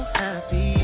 happy